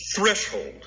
Threshold